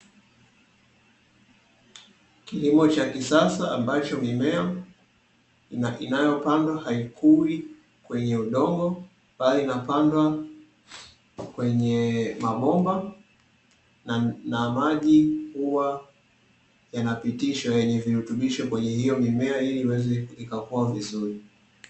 Kilimo cha kisasa, ambacho mimea inayopandwa haikui kwenye udongo bali inapandwa kwenye mabomba, na maji huwa yanapitishwa yenye virutubisho kwenye hiyo mimea ili iweze ikakua vizuri.